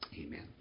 Amen